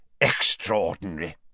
extraordinary